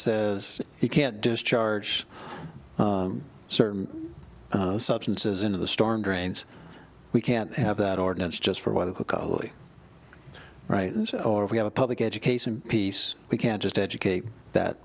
says you can't discharge certain substances into the storm drains we can't have that ordinance just for whether to cali right or if we have a public education piece we can't just educate that